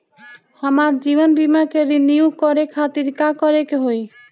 हमार जीवन बीमा के रिन्यू करे खातिर का करे के होई?